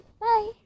bye